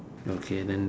okay then